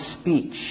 speech